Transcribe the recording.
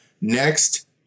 next